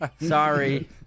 Sorry